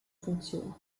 funktion